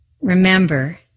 Remember